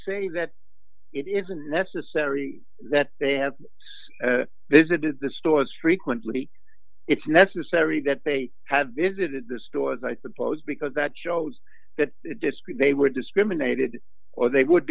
say that it isn't necessary that they have visited the stores frequently it's necessary that they have visited the stores i suppose because that shows that discreet they were discriminated or they would